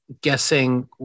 guessing